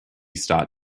start